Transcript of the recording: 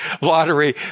lottery